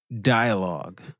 dialogue